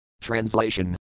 Translation